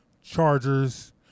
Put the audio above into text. Chargers